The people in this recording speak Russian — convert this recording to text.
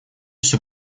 всё